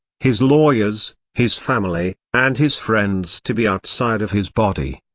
his lawyers, his family, and his friends to be outside of his body.